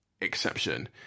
exception